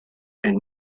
and